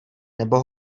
nebo